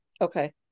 okay